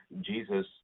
Jesus